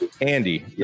andy